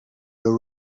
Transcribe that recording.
your